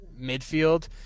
midfield